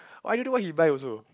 I don't know what he buy also